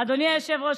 אדוני היושב-ראש.